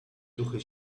duchy